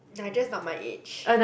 they're just not my age